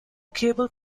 cable